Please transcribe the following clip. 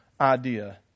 idea